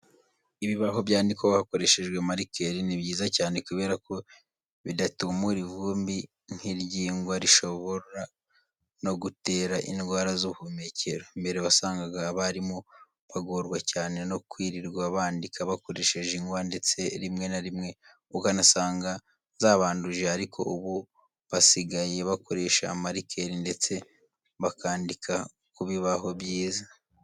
Ibibaho byandikwaho hakoreshejwe marikeri ni byiza cyane kubera ko bidatumura ivumbi nk'iry'ingwa rishobora no gutera indwara z'ubuhumekero. Mbere wasangaga abarimu bagorwa cyane no kwirirwa bandika bakoresheje ingwa ndetse rimwe na rimwe ukanasanga zabanduje ariko ubu basigaye bakoresha marikeri ndetse bakandika ku bibaho byiza.